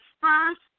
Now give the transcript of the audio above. first